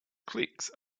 clicks